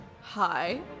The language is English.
Hi